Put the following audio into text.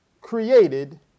created